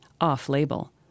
off-label